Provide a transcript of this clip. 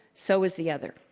so is the other.